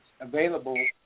available